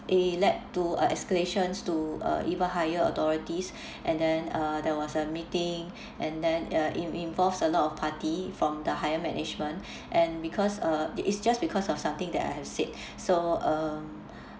it lead it led to uh escalations to uh even higher authorities and then uh there was a meeting and then uh it involves a lot of party from the higher management and because uh it it's just because of something that I have said so um